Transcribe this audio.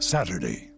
Saturday